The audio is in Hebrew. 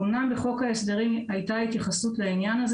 אומנם בחוק ההסדרים היתה התייחסות לעניין הזה